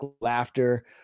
laughter